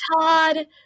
Todd